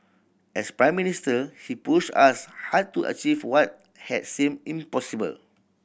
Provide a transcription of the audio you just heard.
as Prime Minister he pushed us hard to achieve what had seemed impossible